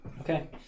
Okay